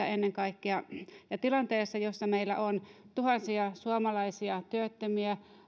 ennen kaikkea kausityöntekijöitä tilanteessa jossa meillä on tuhansia suomalaisia työttömiä